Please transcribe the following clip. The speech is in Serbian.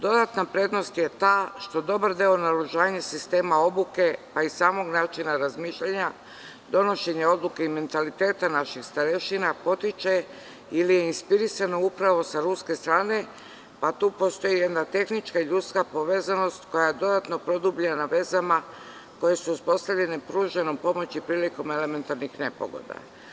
Dodatna prednost je ta što dobar deo naoružanja sistema obuke, pa i samog načina razmišljanja, donošenja odluke i mentaliteta našeg starešina potiče ili je inspirisano upravo sa ruske strane, pa tu postoji jedna tehnička i ljudska povezanost koja je dodatno produbljena vezama koje su uspostavljene pruženom pomoći prilikom elementarnih nepogoda.